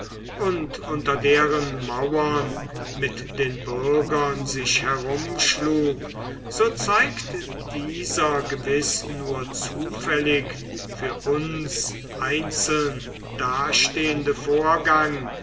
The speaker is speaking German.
und unter deren mauern mit den bürgern sich herumschlug so zeigt dieser gewiß nur zufällig für uns einzeln dastehende vorgang